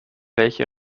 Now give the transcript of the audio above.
welche